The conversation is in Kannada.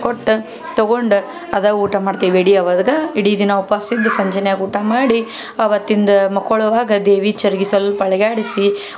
ಕೊಟ್ಟು ತೊಗೊಂಡು ಅದು ಊಟ ಮಾಡ್ತೀವಿ ಎಡೆ ಆವಾಗ ಇಡೀ ದಿನ ಉಪವಾಸ ಇದ್ದು ಸಂಜೆನ್ಯಾಗ ಊಟ ಮಾಡಿ ಆವತ್ತಿಂದು ಮಕ್ಕೊಳ್ಳೋವಾಗ ದೇವಿ ಚರ್ಗಿ ಸ್ವಲ್ಪ ಅಲುಗಾಡಿಸಿ